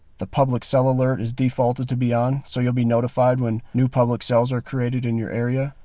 the public cell alert is defaulted to be on so you'll be notified when new public cells are created in your area.